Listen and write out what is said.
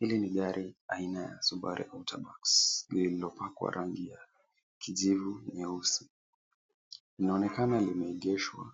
Hili ni gari aina ya Subaru Outback lililopakwa rangi ya kijivu nyeusi. Linaonekana limeegeshwa